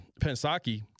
Pensaki